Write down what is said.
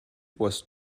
was